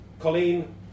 Colleen